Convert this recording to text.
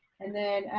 and then,